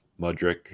Mudrick